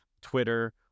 twitter